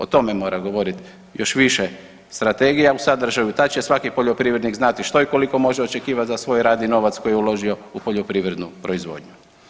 O tome mora govoriti još više Strategija u sadržaju, tad će svaki poljoprivrednik znati što i koliko može očekivati za svoj rad i novac koji je uložio u poljoprivrednu proizvodnju.